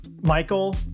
Michael